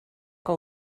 que